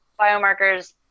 biomarkers